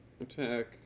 attack